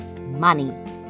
money